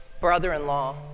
brother-in-law